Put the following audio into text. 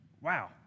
Wow